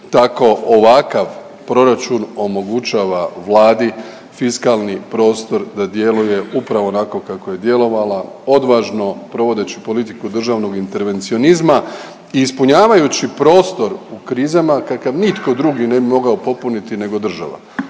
tako ovakav proračun omogućava Vladi fiskalni prostor da djeluje upravo onako kako je djelovala odvažno provodeći politiku državnog intervencionizma i ispunjavajući prostor u krizama kakav nitko drugi ne bi mogao popuniti nego država